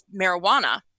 marijuana